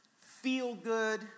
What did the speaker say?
feel-good